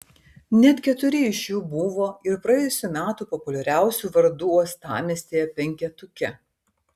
net keturi iš jų buvo ir praėjusių metų populiariausių vardų uostamiestyje penketuke